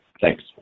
Thanks